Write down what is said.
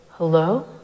hello